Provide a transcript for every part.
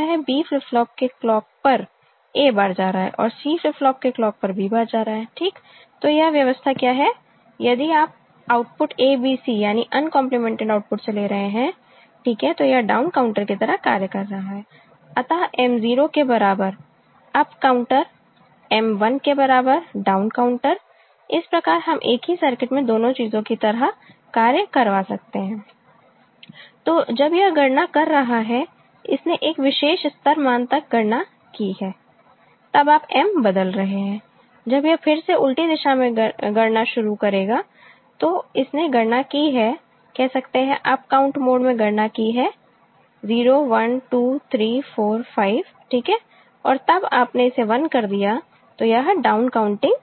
B flip flop के clock पर A bar जा रहा है और C फ्लिप फ्लॉप के क्लॉक पर B bar जा रहा है ठीक तो यह व्यवस्था क्या है यदि आप आउटपुट ABC यानी अनकंपलीमेंटेड आउटपुट से ले रहे हैं ठीक है तो यह डाउन काउंटर की तरह कार्य कर रहा है अतः M 0 के बराबर अप काउंटर M 1 के बराबर डाउन काउंटर इस प्रकार हम एक ही सर्किट में दोनों चीजों की तरह यहां कार्य करवा सकते हैं तो जब यह गणना कर रहा है इसने एक विशेष स्तर मान तक गणना की है तब आप M बदल रहे हैं तब यह फिर से उल्टी दिशा में गणना शुरू करेगा तो इसने गणना की है कह सकते हैं अप काउंट मोड में गणना की है 01234 5ठीक है और तब आपने इसे 1 कर दिया तो यह डाउन काउंटिंग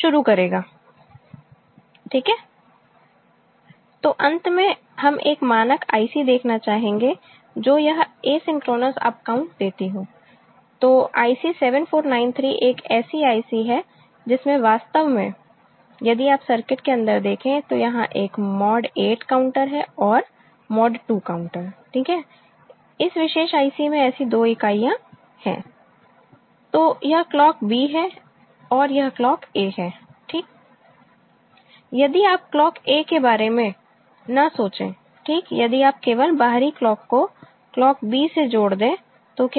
शुरू करेगा ठीक है तो अंत में हम एक मानक IC देखना चाहेंगे जो यह एसिंक्रोनस अप काउंट देती हो तो IC 7493 एक ऐसी IC है जिसमें वास्तव में यदि आप सर्किट के अंदर देखें तो यहां एक मॉड 8 काउंटर है और मॉड 2 काउंटर ठीक है इस विशेष IC में ऐसी दो इकाइयां है तो यह क्लॉक B है और यह क्लॉक A है ठीक यदि आप क्लॉक A के बारे में न सोचें ठीक यदि आप केवल बाहरी क्लॉक को क्लॉक B से जोड़ दें तो क्या होगा